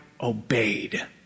obeyed